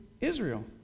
Israel